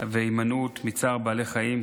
ההימנעות מצער בעלי חיים,